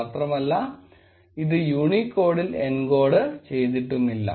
മാത്രമല്ല ഇത് യൂണികോഡിൽ എൻകോഡ് ചെയ്തിട്ടുമില്ല